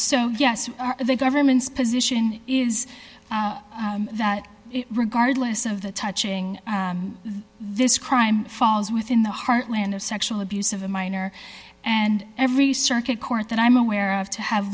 so yes you are the government's position is that regardless of the touching this crime falls within the heartland of sexual abuse of a minor and every circuit court that i'm aware of to have